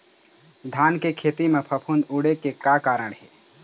धान के खेती म फफूंद उड़े के का कारण हे?